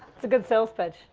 that's a good sales pitch.